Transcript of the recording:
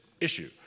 issue